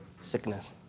Sickness